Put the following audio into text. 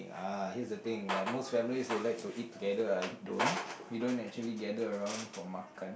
ah here's the thing like most families they like to eat together I don't we don't usually gather around for makan